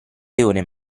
leone